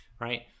right